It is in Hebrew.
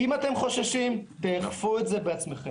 אם אתם חוששים, תאכפו את זה בעצמכם.